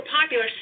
popular